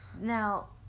Now